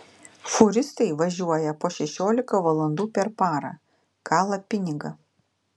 fūristai važiuoja po šešiolika valandų per parą kala pinigą